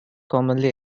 commonly